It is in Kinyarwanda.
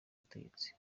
butegetsi